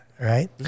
right